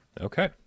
Okay